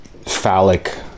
phallic